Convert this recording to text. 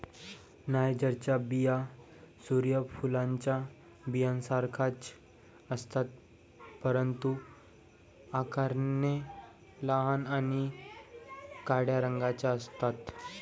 नायजरच्या बिया सूर्य फुलाच्या बियांसारख्याच असतात, परंतु आकाराने लहान आणि काळ्या रंगाच्या असतात